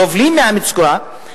סובלים מהמצוקה,